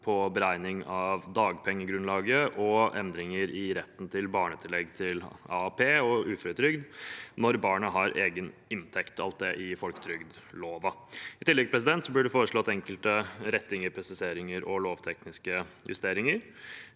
for beregning av dagpengegrunnlaget og endringer i retten til barnetillegg til AAP og uføretrygd når barnet har egen inntekt – alt det i folketrygdloven. I tillegg blir det foreslått enkelte rettinger, presiseringer og lovtekniske justeringer.